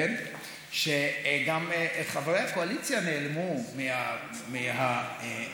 הוא שגם חברי הקואליציה נעלמו מהאולם.